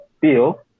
bill